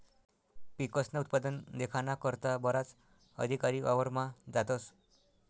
पिकस्नं उत्पादन देखाना करता बराच अधिकारी वावरमा जातस